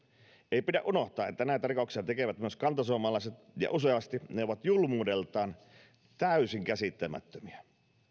ei pidä unohtaa että näitä rikoksia tekevät myös kantasuomalaiset ja useasti ne ovat julmuudeltaan täysin käsittämättömiä